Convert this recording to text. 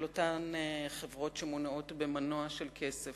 של אותן חברות שמונעות במנוע של כסף,